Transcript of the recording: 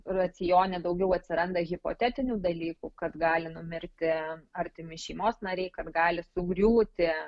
racione daugiau atsiranda hipotetinių dalykų kad gali numirti artimi šeimos nariai kad gali sugriūti